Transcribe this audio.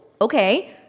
okay